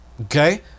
Okay